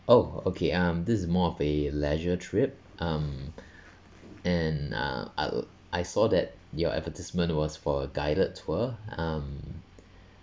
oh okay um this is more of a leisure trip um and uh I I saw that your advertisement was for guided tour um